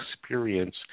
experience